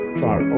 far